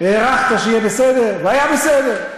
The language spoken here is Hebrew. הערכת שיהיה בסדר, והיה בסדר.